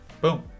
Boom